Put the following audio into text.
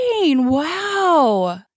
Wow